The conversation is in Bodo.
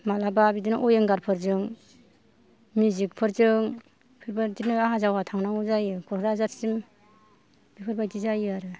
मालाबा बेबायदिनो विंगारफोरजों मेजिकफोरजों बेबायदिनो आहा जावा थांनागौ जायो क'क्राझारसिम बेफोरबायदि जायो आरो